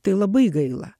tai labai gaila